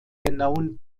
genauen